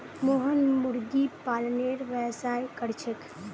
मोहन मुर्गी पालनेर व्यवसाय कर छेक